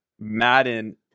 Madden